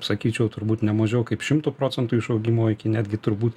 sakyčiau turbūt nemažiau kaip šimtu procentų išaugimo iki netgi turbūt